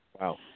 Wow